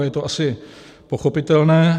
A je to asi pochopitelné.